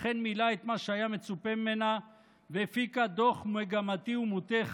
אכן מילאה את מה שהיה מצופה ממנה והפיקה דוח מגמתי ומוטה,